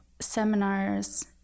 seminars